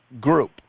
group